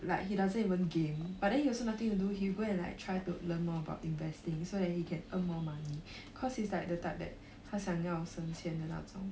like he doesn't even game but then he also nothing to do he'll go and like try to learn more about investing so that he can earn more money cause he's like the type that 他想要省钱的那种